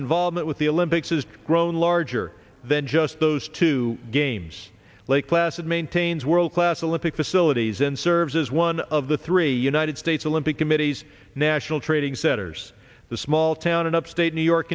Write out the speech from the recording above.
involvement with the olympics has grown larger than just those two games lake placid maintains world class elliptic facilities and serves as one of the three united states olympic committee's national trading setters the small town in upstate new york